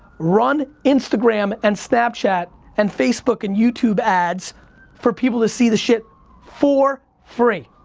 run instagram and snapchat and facebook and youtube ads for people to see the shit for free.